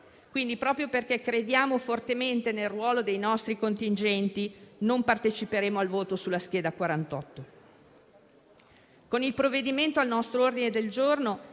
aguzzini. Proprio perché crediamo fortemente nel ruolo dei nostri contingenti, non parteciperemo al voto sulla scheda n. 48. Con il provvedimento al nostro ordine del giorno